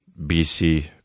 BC